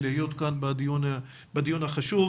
להיות כאן בדיון החשוב.